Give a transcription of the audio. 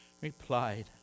replied